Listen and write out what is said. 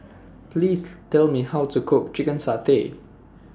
Please Tell Me How to Cook Chicken Satay